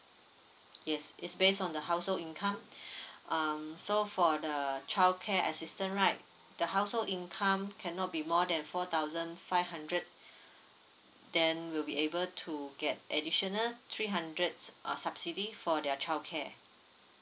yes it's based on the household income um so for the childcare assistant right the household income cannot be more than four thousand five hundred then we'll be able to get additional three hundreds uh subsidy for their child care